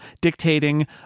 dictating